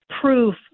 proof